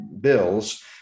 bills